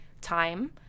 time